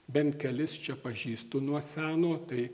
bent kelis čia pažįstu nuo seno tai